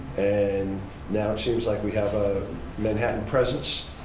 and now it seems like we have a manhattan presence,